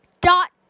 dot